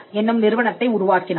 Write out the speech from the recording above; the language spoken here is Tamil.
என்னும் நிறுவனத்தை உருவாக்கினார்